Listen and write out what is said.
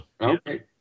Okay